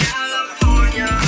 California